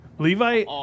Levi